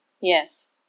Yes